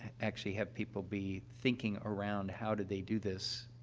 actually have people be thinking around, how do they do this, ah,